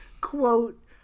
quote